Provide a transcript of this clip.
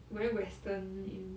very western name